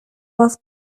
was